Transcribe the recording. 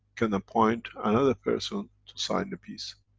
can appoint another person to sign the peace.